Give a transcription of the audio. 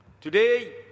Today